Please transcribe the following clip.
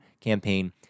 campaign